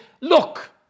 Look